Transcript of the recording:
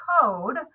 code